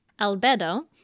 Albedo